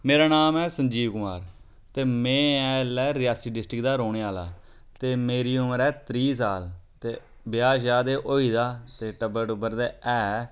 मेरा नाम ऐ संजीव कुमार ते में आं एल्लै रियासी डिस्ट्रिक दा रौह्ने आह्ला ते मेरी उमर ऐ त्रीह् साल ते ब्याह् श्याह् ते होई गेदा ते टब्बर टुब्बर ते ऐ